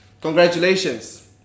Congratulations